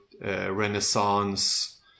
Renaissance